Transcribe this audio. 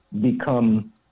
become